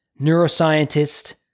neuroscientist